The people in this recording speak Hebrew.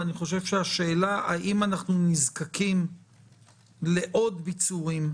השאלה האם אנחנו נזקקים לעוד ביצורים,